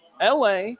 la